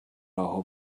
راهو